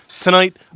Tonight